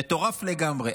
מטורף לגמרי.